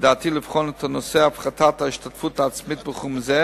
בדעתי לבחון את נושא הפחתת ההשתתפות העצמית בתחום זה.